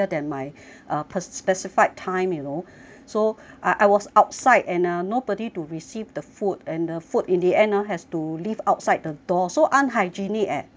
uh specified time you know so I I was outside and uh nobody to receive the food and the food in the end ah has to leave outside the door so unhygienic eh